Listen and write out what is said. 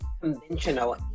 conventional